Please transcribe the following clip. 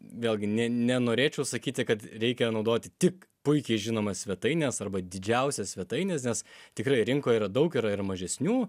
vėlgi ne nenorėčiau sakyti kad reikia naudoti tik puikiai žinomas svetaines arba didžiausias svetaines nes tikrai rinkoj yra daug yra ir mažesnių